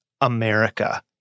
America